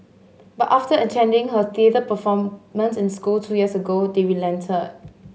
but after attending her theatre performance in school two years ago they relented